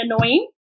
annoying